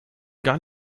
gar